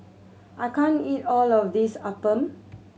I can't eat all of this appam